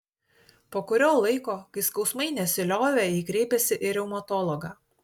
po kurio laiko kai skausmai nesiliovė ji kreipėsi į reumatologą